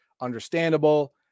understandable